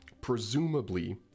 Presumably